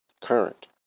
Current